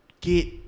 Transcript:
get